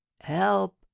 help